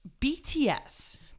BTS